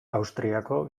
austriako